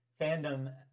fandom